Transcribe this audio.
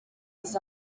his